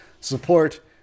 support